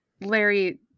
larry